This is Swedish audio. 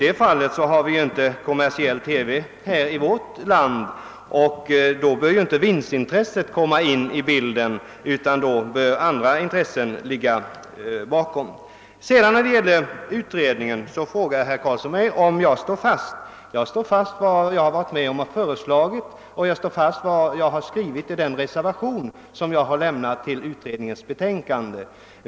Eftersom vi inte har kommersiell TV i vårt land kommer ju inte vinstintresset in i bilden, utan andra intressen bör få bli avgörande. Vad sedan beträffar utredningen frågar herr Carlsson mig, om jag står fast vid vad jag har varit med om att föreslå. Jag står fast vid det och även vid vad jag har skrivit i den reservation som jag har fogat till utredningens betänkande.